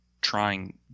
trying –